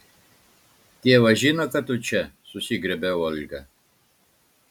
tėvas žino kad tu čia susigriebia olga